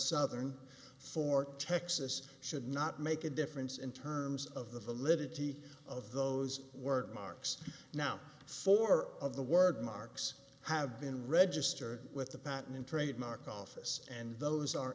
southern for texas should not make a difference in terms of the validity of those word marks now four of the word marks have been registered with the patent and trademark office and those are